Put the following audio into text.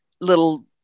little